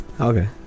Okay